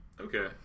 Okay